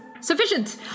sufficient